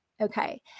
Okay